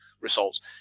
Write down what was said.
results